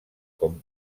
com